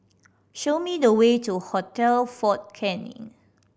show me the way to Hotel Fort Canning